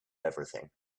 everything